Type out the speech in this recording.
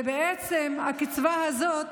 ובעצם הקצבה הזאת